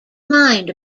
mind